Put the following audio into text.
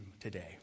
today